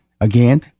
Again